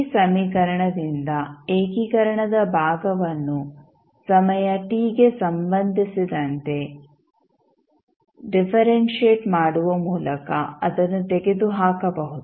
ಈ ಸಮೀಕರಣದಿಂದ ಏಕೀಕರಣದ ಭಾಗವನ್ನು ಸಮಯ t ಗೆ ಸಂಬಂಧಿಸಿದಂತೆ ಡಿಫರೆಂಶಿಯೆಟ್ ಮಾಡುವ ಮೂಲಕ ಅದನ್ನು ತೆಗೆದುಹಾಕಬಹುದು